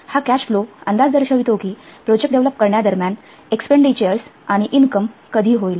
हा cash flow अंदाज दर्शवितो कि प्रोजेक्ट डेव्हलप करण्या दरम्यान एक्सपेंडिचरस आणि इनकम कधी होईल